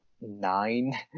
nine